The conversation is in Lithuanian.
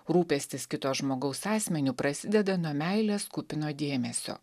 rūpestis kito žmogaus asmeniu prasideda nuo meilės kupino dėmesio